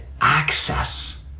access